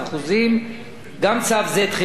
גם צו זה תחילתו ביום האמור.